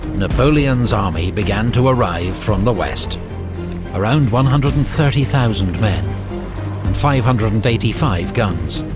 napoleon's army began to arrive from the west around one hundred and thirty thousand men, and five hundred and eighty five guns.